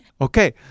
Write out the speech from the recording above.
Okay